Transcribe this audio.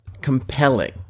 compelling